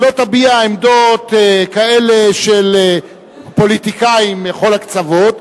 שלא תביע עמדות כאלה של פוליטיקאים מכל הקצוות,